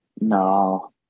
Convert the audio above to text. No